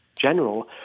general